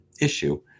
issue